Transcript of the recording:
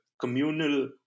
communal